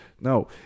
No